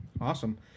awesome